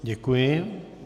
Děkuji.